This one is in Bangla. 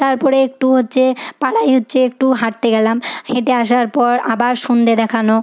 তার পরে একটু হচ্ছে পাড়ায় হচ্ছে একটু হাঁটতে গেলাম হেঁটে আসার পর আবার সন্ধ্যে দেখানো